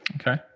Okay